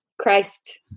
Christ